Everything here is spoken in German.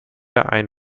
ein